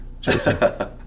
Jason